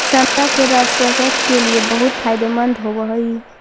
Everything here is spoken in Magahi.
संतरा के रस स्वास्थ्य के लिए बहुत फायदेमंद होवऽ हइ